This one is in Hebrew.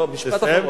שנייה אחת.